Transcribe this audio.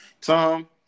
Tom